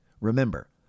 Remember